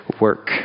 work